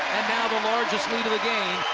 now the largest lead of the game.